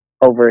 over